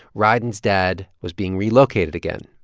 rieden's dad was being relocated again,